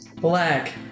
Black